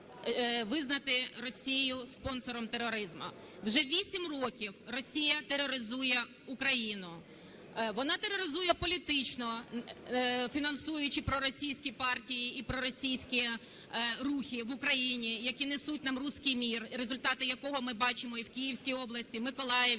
визнати Росію спонсором тероризму. Вже вісім років Росія тероризує Україну. Вона тероризує політично, фінансуючи проросійські партії і проросійські рухи в Україні, які несуть нам "руський мір", результати якого ми бачимо і в Київській області, Миколаєві,